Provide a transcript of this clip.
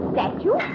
Statue